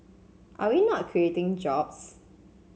are we not creating jobs